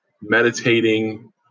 meditating